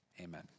Amen